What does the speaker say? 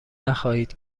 نخواهید